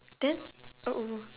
then uh oh